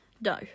No